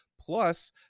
Plus